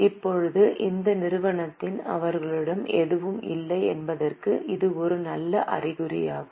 இப்போது இந்த நிறுவனத்திற்கு அவர்களிடம் எதுவும் இல்லை என்பதற்கு இது ஒரு நல்ல அறிகுறியாகும்